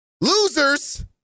losers –